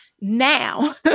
now